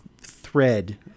thread